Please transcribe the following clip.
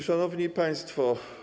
Szanowni Państwo!